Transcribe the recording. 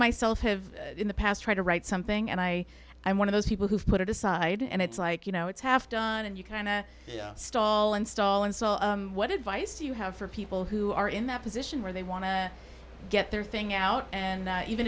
myself have in the past tried to write something and i i'm one of those people who put it aside and it's like you know it's half done and you kind of stall and stall and so what advice do you have for people who are in that position where they want to get their thing out and even